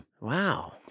Wow